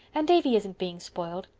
and davy isn't being spoiled.